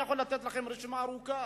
אני יכול לתת לכם רשימה ארוכה,